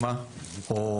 לא,